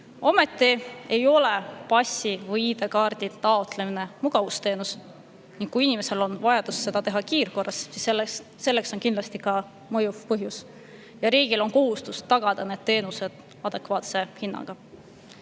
Ometi ei ole passi või ID-kaardi taotlemine mugavusteenus ning kui inimesel on vajadus seda teha kiirkorras, siis selleks on kindlasti mõjuv põhjus. Riigil on kohustus tagada need teenused adekvaatse hinnaga.